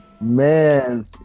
Man